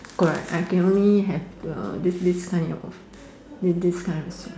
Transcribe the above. good right I can only have uh this this kind of this this kind of